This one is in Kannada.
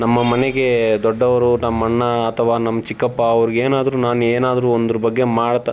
ನಮ್ಮ ಮನೆಗೆ ದೊಡ್ಡವರು ನಮ್ಮ ಅಣ್ಣ ಅಥವಾ ನಮ್ಮ ಚಿಕ್ಕಪ್ಪ ಅವ್ರ್ಗೆ ಏನಾದ್ರೂ ನಾನು ಏನಾದ್ರೂ ಒಂದರ ಬಗ್ಗೆ ಮಾಡ್ತಾ